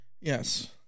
Yes